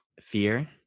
fear